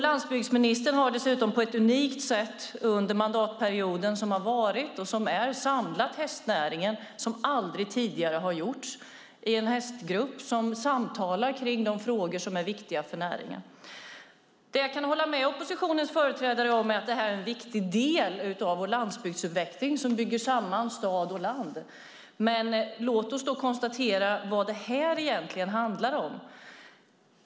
Landsbygdsministern har dessutom under tidigare och innevarande mandatperiod på ett unikt sätt samlat hästnäringen i en hästgrupp, något som aldrig tidigare gjorts. Där samtalar man om de frågor som är viktiga för näringen. Jag kan hålla med oppositionens företrädare om att detta är en viktig del av den landsbygdsutveckling som bygger samman stad och land. Låt oss dock konstatera vad detta egentligen handlar om.